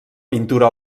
pintura